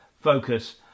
focus